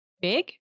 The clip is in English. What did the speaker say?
big